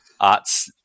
arts